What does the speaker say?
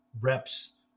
reps